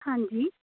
ਹਾਂਜੀ